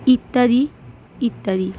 ইত্যাদি ইত্যাদি